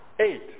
eight